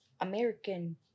American